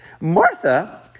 Martha